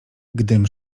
gdym